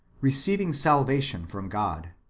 receiving salvation from god.